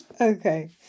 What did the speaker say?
Okay